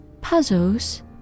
puzzles